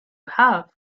have